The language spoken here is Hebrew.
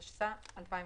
התשס"ה-2005,